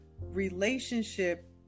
relationship